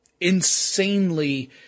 insanely